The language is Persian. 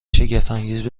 شگفتانگیز